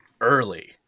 early